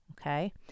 Okay